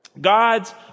God's